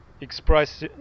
express